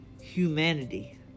humanity